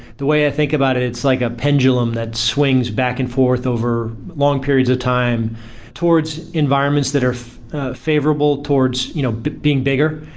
the way i think about it it's like a pendulum that swings back and forth over long periods of time towards environments that are favorable towards you know but being bigger.